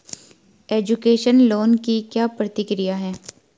Education loan की क्या प्रक्रिया है?